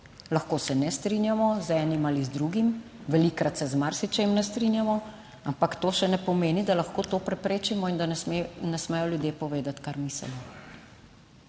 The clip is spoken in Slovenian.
Lahko se ne strinjamo z enim ali z drugim, velikokrat se z marsičem ne strinjamo, ampak to še ne pomeni, da lahko to preprečimo in da ne smejo ljudje povedati kar mislijo.